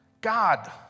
God